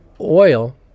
oil